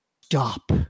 Stop